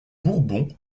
bourbon